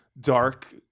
dark